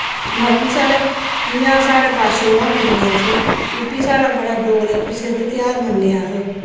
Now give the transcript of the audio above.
बाकी साढ़े जि'यां साढ़े बच्छ दुआ पूजने अस इब्बी साढ़ा बड़ा डोगरे प्रसिद्ध तेहार मनने अस